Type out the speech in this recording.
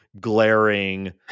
glaring